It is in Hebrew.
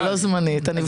אתה לא זמני, אתה נבחרת.